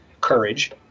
courage